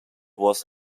was